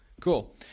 Cool